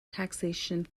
taxation